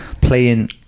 playing